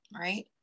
right